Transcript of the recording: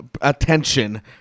attention